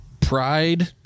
Pride